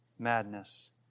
Madness